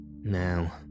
Now